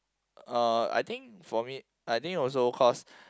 uh I think for me I think also cause